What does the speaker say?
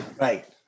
Right